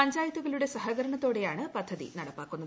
പഞ്ചായത്തുകളുടെ സഹകരണത്തോടെയാണ് പദ്ധതി നടപ്പാക്കുന്നത്